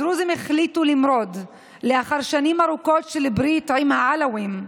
הדרוזים החליטו למרוד לאחר שנים ארוכות של ברית עם העלווים,